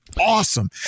awesome